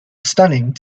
stunning